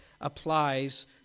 applies